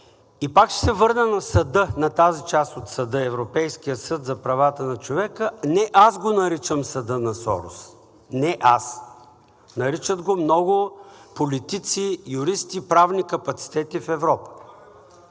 И пак ще се върна на съда, на тази част от съда, Европейския съд за правата на човека. Не аз го наричам съда на Сорос. Не аз. Наричат го много политици, юристи, правни капацитети в Европа.